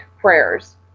prayers